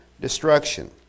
destruction